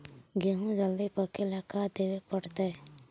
गेहूं जल्दी पके ल का देबे पड़तै?